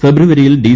ഫെബ്രുവരിയിൽ ഡി